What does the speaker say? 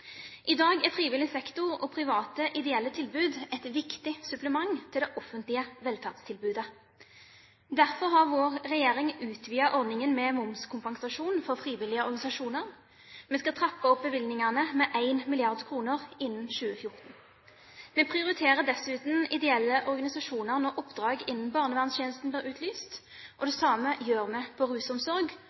I dag er frivillig sektor og private ideelle tilbud et viktig supplement til det offentlige velferdstilbudet. Derfor har vår regjering utvidet ordningen med momskompensasjon for frivillige organisasjoner. Vi skal trappe opp bevilgningene med 1 mrd. kr innen 2014. Vi prioriterer dessuten ideelle organisasjoner når oppdrag innen barnevernstjenesten blir utlyst. Det samme gjør vi